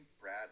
Brad